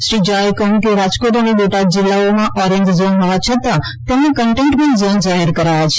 શ્રી જહાએ કહ્યું કે રાજકોટ અને બોટાદ જિલ્લાઓ ઓરેન્જ ઝોન હોવા છતાં તેમને કનટેનમેંટ ઝોન જાહેર કરાયા છે